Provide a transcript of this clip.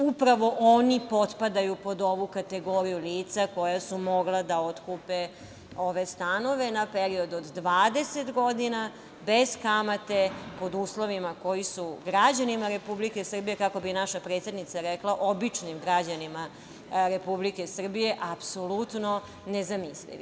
Upravo oni potpadaju pod ovu kategoriju lica koja su mogla da otkupe ove stanove na period od 20 godina bez kamate, pod uslovima koji su građanima Republike Srbije, kako bi naša predsednica rekla, običnim građanima Republike Srbije, apsolutno nezamislivi.